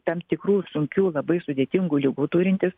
tam tikrų sunkių labai sudėtingų ligų turintis